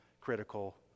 critical